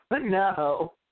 No